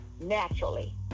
naturally